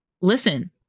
listen